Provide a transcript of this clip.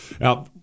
Now